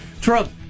Trump